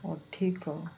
ଅଧିକ